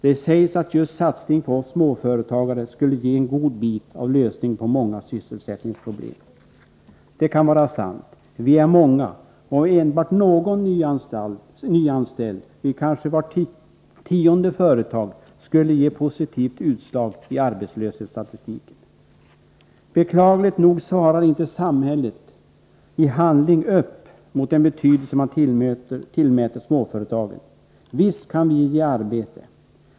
Det sägs att just satsning på oss småföretagare skulle ge en god bit av lösningen på många sysselsättningsproblem. Det kan vara sant. Vi är många, och enbart någon nyanställd vid kanske vart tionde företag skulle ge positivt utslag i arbetslöshetsstatistiken. Beklagligt nog svarar inte samhället i handling upp mot den betydelse man tillmäter småföretagen. Visst kan vi ge arbete.